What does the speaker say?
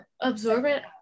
absorbent